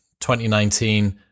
2019